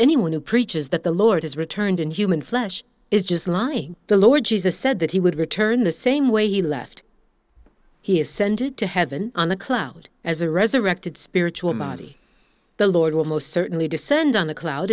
anyone who preaches that the lord has returned in human flesh is just lying the lord jesus said that he would return the same way he left he ascended to heaven on the cloud as a resurrected spiritual body the lord will most certainly descend on the cloud